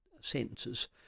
sentences